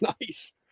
nice